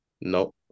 No